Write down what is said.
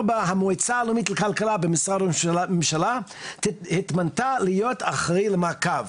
4. המועצה הלאומית לכלכלה במשרד ראש הממשלה התמנתה להיות אחראית למעקב.